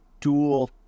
dual